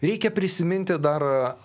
reikia prisiminti dar